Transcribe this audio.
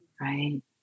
Right